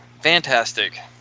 fantastic